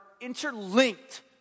interlinked